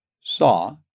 saw